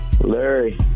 Larry